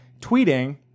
tweeting